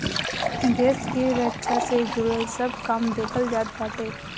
देस के रक्षा से जुड़ल सब काम देखल जात बाटे